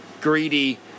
greedy